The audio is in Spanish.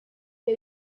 que